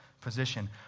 position